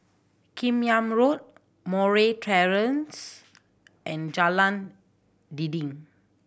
Kim Yam Road Murray Terrace and Jalan Dinding